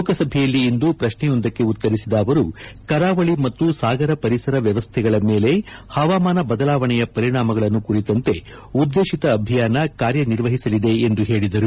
ಲೋಕಸಭೆಯಲ್ಲಿ ಇಂದು ಪ್ರಕ್ಷೆಯೊಂದಕ್ಕೆ ಉತ್ತರಿಸಿದ ಅವರು ಕರಾವಳಿ ಮತ್ತು ಸಾಗರ ಪರಿಸರ ವ್ಯವಸ್ಥೆಗಳ ಮೇಲೆ ಹವಾಮಾನ ಬದಲಾವಣೆಯ ಪರಿಣಾಮಗಳನ್ನು ಕುರಿತಂತೆ ಉದ್ದೇಶಿತ ಅಭಿಯಾನ ಕಾರ್ಯ ನಿರ್ವಹಿಸಲಿದೆ ಎಂದು ತಿಳಿಸಿದರು